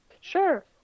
Sure